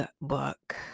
book